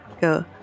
go